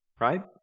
right